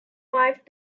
five